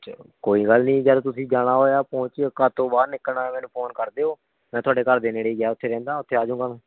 ਚ ਕੋਈ ਗੱਲ ਨਹੀਂ ਜਦੋਂ ਤੁਸੀਂ ਜਾਣਾ ਹੋਇਆ ਪਹੁੰਚ ਘਰ ਤੋਂ ਬਾਹਰ ਨਿਕਲਣਾ ਹੋਇਆ ਮੈਨੂੰ ਫ਼ੋਨ ਕਰ ਦਿਓ ਮੈਂ ਤੁਹਾਡੇ ਘਰ ਦੇ ਨੇੜੇ ਹੀ ਹਾਂ ਉੱਥੇ ਰਹਿੰਦਾ ਉੱਥੇ ਆ ਜਾਉਂਗਾ ਮੈਂ